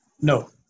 No